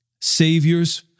Saviors